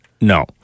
No